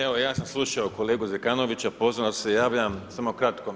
Evo ja sam slušao kolegu Zekanovića pozorno, javljam se samo kratko.